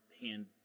hand